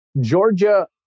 Georgia